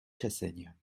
chassaigne